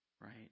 Right